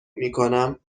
میکنم